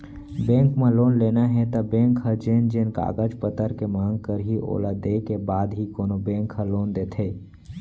bank म loan लेना हे त बेंक ह जेन जेन कागज पतर के मांग करही ओला देय के बाद ही कोनो बेंक ह लोन देथे